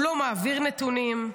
הוא לא מעביר נתונים.